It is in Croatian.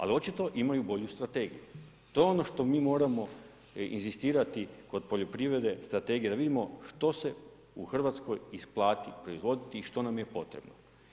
Ali očito imaju bolju strategiju, to je ono što mi moramo inzistirati kod poljoprivredne strategije, da vidimo što se u Hrvatskoj isplati proizvoditi i što nam je potrebno.